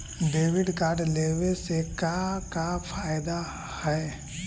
Debit card लेवे से का का फायदा है?